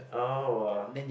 oh ah